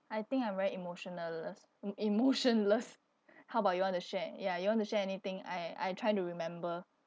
I think I'm very e~ emotionless how about you want to share ya you want to share anything I I try to remember